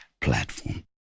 platform